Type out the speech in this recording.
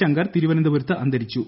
ശങ്കർ തിരുവനന്തപുരത്ത് അന്തരിച്ചു